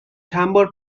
چندبار